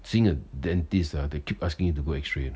seeing a dentist uh they keep asking you to go x-ray uh